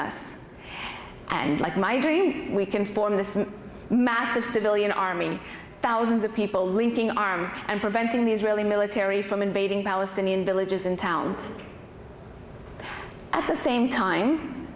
us and like my dream we can form this massive civilian army thousands of people linking arms and preventing the israeli military from invading palestinian villages and towns at the same time